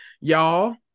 y'all